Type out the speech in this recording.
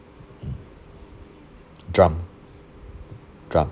mm drum drum